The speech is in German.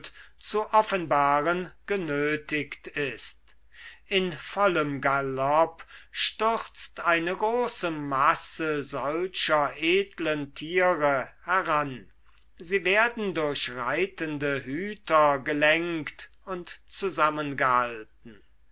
zu offenbaren genötigt ist in vollem galopp stürzt eine große masse solcher edlen tiere heran sie werden durch reitende hüter gelenkt und zusammengehalten